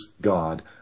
God